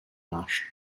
náš